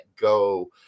go